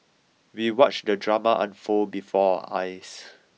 we watched the drama unfold before our eyes